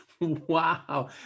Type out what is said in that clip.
Wow